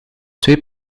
twee